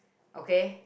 okay